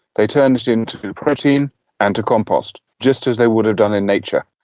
they turn it into protein and to compost, just as they would have done in nature.